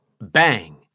Bang